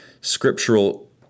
scriptural